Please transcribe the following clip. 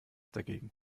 dagegen